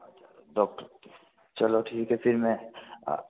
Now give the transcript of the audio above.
अच्छा डॉक्टर चलो ठीक है फिर मैं आ